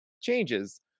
changes